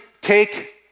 take